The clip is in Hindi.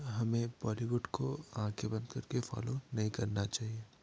हमें बॉलीवुड को आँखें बंद करके फॉलो नहीं करना चाहिए